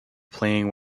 playing